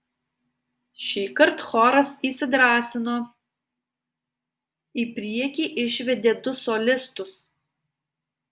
šįkart choras įsidrąsino į priekį išvedė du solistus